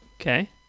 Okay